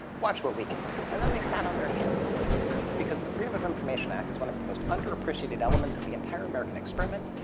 watch what we can do. and then they sat on their hands because the freedom of information act is one of the most under-appreciated elements of the entire american experiment.